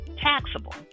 taxable